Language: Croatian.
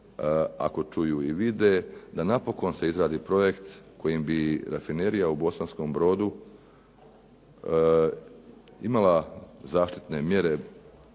ako čuju i vide da napokon se izradi projekt kojim bi Rafinerija u Bosanskom Brodu imala zaštitne mjere,